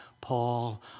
Paul